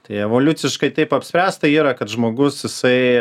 tai evoliuciškai taip apspręsta yra kad žmogus jisai